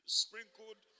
sprinkled